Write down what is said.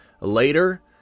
later